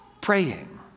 praying